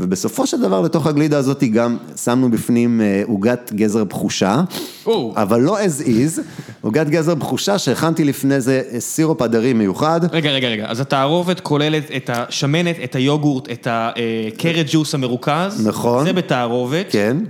ובסופו של דבר לתוך הגלידה הזאתי גם שמנו בפנים עוגת גזר בחושה. אבל לא as is, עוגת גזר בחושה שהכנתי לפני זה סירופ הדרי מיוחד. רגע, רגע, רגע, אז התערובת כוללת את השמנת, את היוגורט, את ה-carrot juice המרוכז. נכון. זה בתערובת. כן.